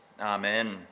Amen